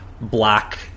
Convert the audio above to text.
black